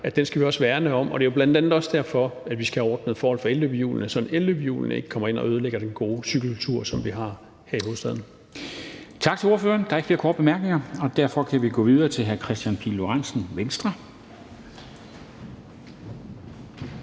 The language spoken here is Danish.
om den cykelkultur, der er, og det er jo bl.a. også derfor, at vi skal have ordnet forholdene for elløbehjulene, så elløbehjulene ikke kommer ind og ødelægger den gode cykelkultur, som vi har her i hovedstaden. Kl. 10:56 Formanden (Henrik Dam Kristensen): Tak til ordføreren. Der er ikke flere korte bemærkninger, og derfor kan vi gå videre til hr. Kristian Pihl Lorentzen, Venstre.